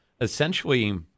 essentially